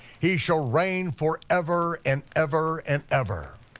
he shall reign for ever and ever and ever.